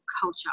culture